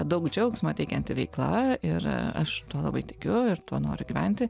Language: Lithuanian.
daug džiaugsmo teikianti veikla ir aš tuo labai tikiu ir tuo noriu gyventi